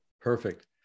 Perfect